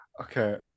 Okay